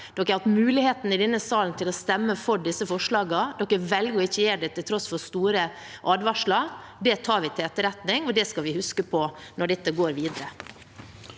De har hatt muligheten i denne salen til å stemme for disse forslagene, og de velger å ikke gjøre det til tross for store advarsler. Det tar vi til etterretning, og det skal vi huske på når dette går videre.